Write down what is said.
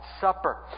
Supper